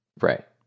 Right